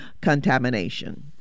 contamination